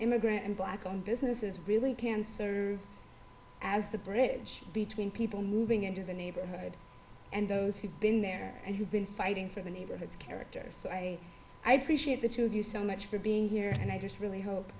immigrant and black owned businesses really can serve as the bridge between people moving into the neighborhood and those who've been there and who've been fighting for the neighborhoods characters so i i appreciate the two of you so much for being here and i just really hope